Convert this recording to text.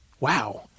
Wow